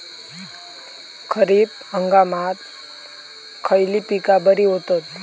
खरीप हंगामात खयली पीका बरी होतत?